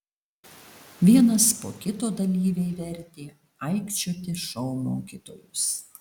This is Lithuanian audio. vienas po kito dalyviai vertė aikčioti šou mokytojus